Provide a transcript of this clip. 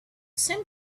seemed